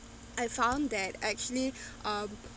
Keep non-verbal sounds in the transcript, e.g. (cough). I found that actually (breath) um